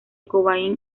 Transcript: cobain